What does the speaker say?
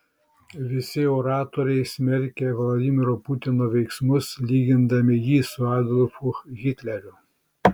visi oratoriai smerkė vladimiro putino veiksmus lygindami jį su adolfu hitleriu